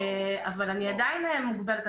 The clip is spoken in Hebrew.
אני עדיין מוגבלת,